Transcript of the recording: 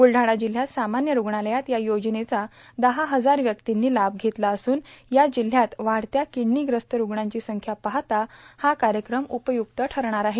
ब्लढाणा जिल्ह्यात सामान्य रुग्णालयात या योजनेचा दहा हजार व्यक्तींनी लाभ घेतला असून या जिल्ह्यात वाढत्या र्फिर्द्रानग्रस्त रुग्णांचीसंख्या पाहता हा कायक्रम उपयुक्त ठरणारा आहे